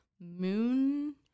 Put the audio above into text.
moon